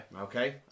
Okay